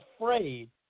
afraid